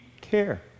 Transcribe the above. care